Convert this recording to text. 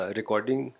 recording